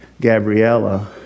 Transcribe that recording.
Gabriella